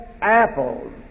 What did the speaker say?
apples